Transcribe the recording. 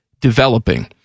developing